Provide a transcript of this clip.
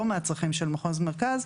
לא מהצרכים של מחוז מרכז.